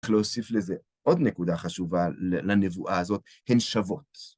כדי להוסיף לזה עוד נקודה חשובה לנבואה הזאת, הן שוות.